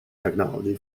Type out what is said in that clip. technology